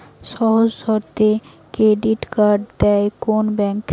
সহজ শর্তে credit card দেয় কোন ব্যাংক?